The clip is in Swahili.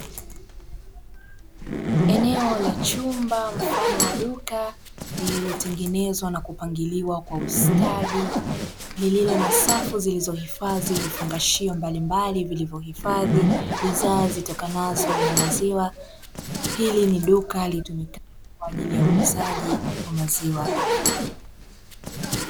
Eneo la chumba mfano wa duka lililotengenezwa na kupangiliwa kwa ustadi, lililo na safu zilizohifadhi vifungashio mbalimbali vilivyohifadhi bidhaa zitokanazo na maziwa; hili ni duka litumikalo kwa ajili ya uuzaji wa maziwa.